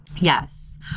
Yes